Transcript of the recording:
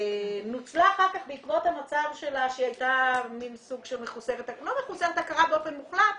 ונוצלה אחר כך בעקבות המצב שלה שהיא לא הייתה מחוסרת הכרה באופן מוחלט,